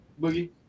boogie